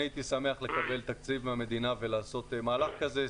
אני הייתי שמח לקבל תקציב מהמדינה ולעשות מהלך כזה.